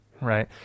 right